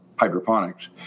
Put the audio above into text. hydroponics